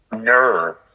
nerve